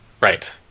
Right